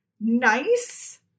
nice